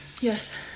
yes